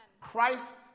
Christ